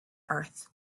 earth